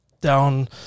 down